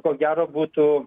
ko gero būtų